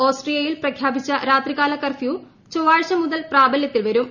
ഓസ്ട്രിയയിൽ പ്രഖ്യാപിച്ച് രാത്രികാല കർഫ്യൂ ചൊവ്വാഴ്ച മുതൽ പ്രാബല്യത്തിൽ വരും